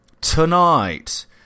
tonight